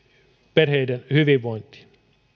perheiden hyvinvointiin